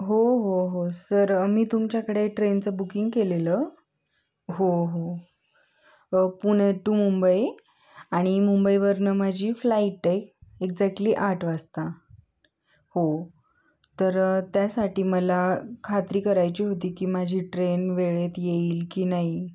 हो हो हो सर मी तुमच्याकडे ट्रेनचं बुकिंग केलेलं हो हो पुणे टू मुंबई आणि मुंबईवरनं माझी फ्लाईट आहे एक्झॅक्टली आठ वाजता हो तर त्यासाठी मला खात्री करायची होती की माझी ट्रेन वेळेत येईल की नाही